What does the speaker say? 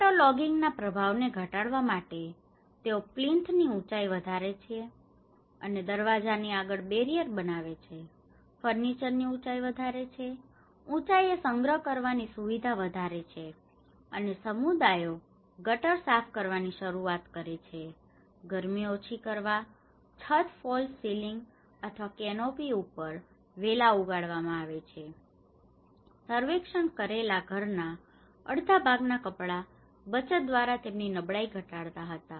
waterlogging ના પ્રભાણ ને ઘટાડવા માટે તેઓ પ્લીન્થ ની ઉંચાઈ વધારે છે અને દરવાજા ની આગળ બેરીયર બનાવે છે ફર્નિચર ની ઉંચાઈ વધારે છે ઉંચાઈએ સંગ્રહ કરવાની સુવિધાઓ વધારે છે અને સમુદાયો ગટરો સાફ કરવાની શરૂઆત કરે છે ગરમી ઓછી કરવા છત ફોલ્સ સીલિંગ અથવા કેનોપી ઉપર વેલાઓ ઉગાડવામાં આવ્યા હતા સર્વેક્ષણ કરેલા ઘરના અડધા ભાગનાં કપડાં બચત દ્વારા તેમની નબળાઈ ઘટાડતા હતા